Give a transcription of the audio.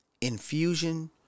infusion